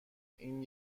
این